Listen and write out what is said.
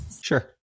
Sure